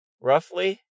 Roughly